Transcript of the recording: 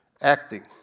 acting